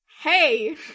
Hey